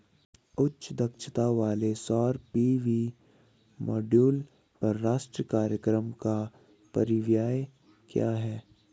उच्च दक्षता वाले सौर पी.वी मॉड्यूल पर राष्ट्रीय कार्यक्रम का परिव्यय क्या है?